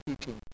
teaching